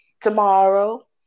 tomorrow